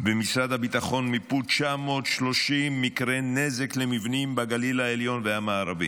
במשרד הביטחון מיפו 930 מקרי נזק למבנים בגליל העליון והמערבי.